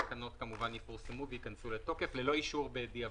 התקנות כמובן יפורסמו ויכנסו לתוקף ללא אישור בדיעבד.